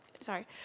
Sorry